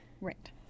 right